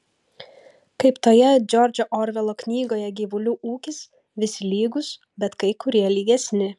kaip toje džordžo orvelo knygoje gyvulių ūkis visi lygūs bet kai kurie lygesni